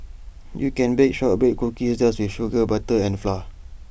you can bake Shortbread Cookies just with sugar butter and flour